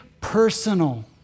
personal